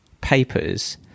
papers